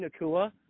Nakua